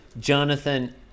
Jonathan